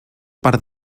part